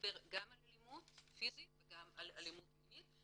לדבר גם על אלימות פיסית וגם על אלימות מינית.